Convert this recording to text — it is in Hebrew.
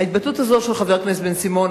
ההתבטאות הזאת של חבר הכנסת בן-סימון,